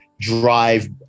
drive